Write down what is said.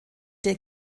der